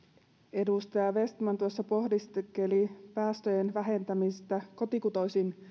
edustaja vestman tuossa pohdiskeli päästöjen vähentämistä kotikutoisin